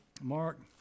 Mark